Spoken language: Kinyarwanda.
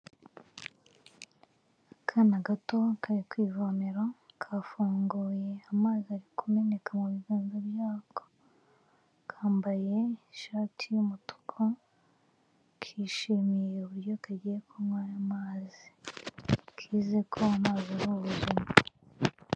Akana gato kari ku ivomero kafunguye amazi ari kumeneka mu biganza byako, kambaye ishati y'umutuku kishimiye uburyo kagiye kunywa amazi, kize ko amazi ari ubuzima.